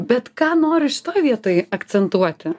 bet ką noriu šitoj vietoj akcentuoti